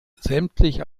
sämtlich